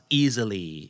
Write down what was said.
easily